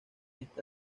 está